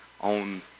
on